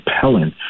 compelling